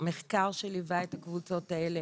המחקר שליווה את הקבוצות האלה